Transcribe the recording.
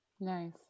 Nice